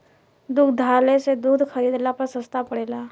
दुग्धालय से दूध खरीदला पर सस्ता पड़ेला?